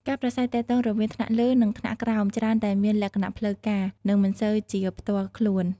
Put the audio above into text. ការប្រាស្រ័យទាក់ទងរវាងថ្នាក់លើ និងថ្នាក់ក្រោមច្រើនតែមានលក្ខណៈផ្លូវការ និងមិនសូវជាផ្ទាល់ខ្លួន។